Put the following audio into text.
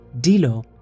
Dilo